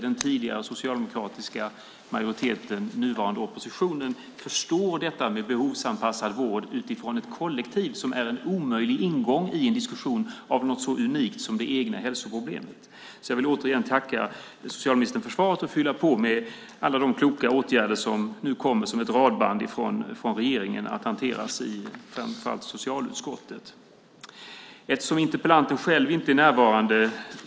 Den tidigare socialdemokratiska majoriteten, nuvarande oppositionen, förstår inte detta med behovsanpassad vård - utifrån ett kollektiv som ju är en omöjlig ingång i en diskussion om något så unikt som det egna hälsoproblemet. Jag vill därför tacka socialministern för svaret och fylla på med alla de kloka åtgärder som nu kommer som ett radband från regeringen för att hanteras i framför allt socialutskottet. Interpellanten själv är inte närvarande.